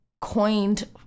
coined